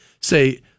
say